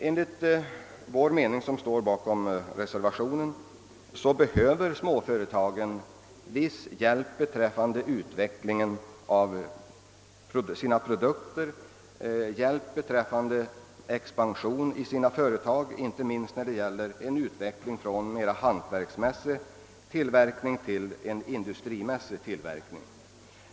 Enligt den mening som vi som står bakom reservationen har, behöver småföretagen viss hjälp med utvecklingen av sina produkter och även med expansionen inom sina företag, inte minst när det gäller en utveckling från mera hantverksmässig tillverkning till industrimässig verksamhet.